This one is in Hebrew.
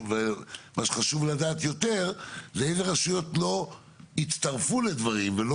ומה שחשוב לדעת יותר זה אילו רשויות לא הצטרפו לדברים ולא